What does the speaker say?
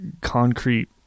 concrete